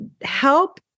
help